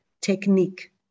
technique